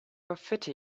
graffiti